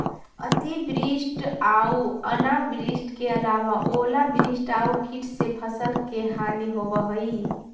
अतिवृष्टि आऊ अनावृष्टि के अलावा ओलावृष्टि आउ कीट से फसल के हानि होवऽ हइ